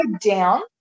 down